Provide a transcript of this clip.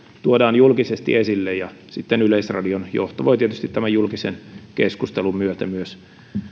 tuodaan julkisesti esille ja sitten yleisradion johto voi tietysti tämän julkisen keskustelun myötä myös